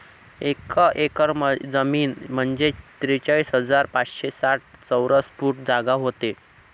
एक एकर जमीन म्हंजे त्रेचाळीस हजार पाचशे साठ चौरस फूट जागा व्हते